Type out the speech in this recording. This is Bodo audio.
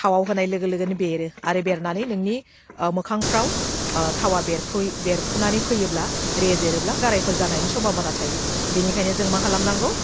थावाव होनाय लोगो लोगोनो बेरो आरो बेरनानै नोंनि मोखांफ्राव ओह थावा बेरफु बेरफुनानै फैयोब्ला रेजेरोब्ला गारायफोर जानायनि समभाबना थायो बेनिखायनो जों मा खालामनांगौ